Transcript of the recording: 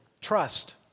trust